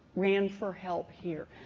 ran for help here.